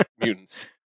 mutants